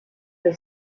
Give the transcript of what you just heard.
der